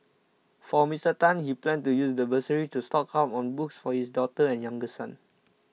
for Mister Tan he plans to use the bursary to stock up on books for his daughter and younger son